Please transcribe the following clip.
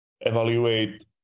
evaluate